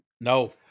No